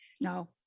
No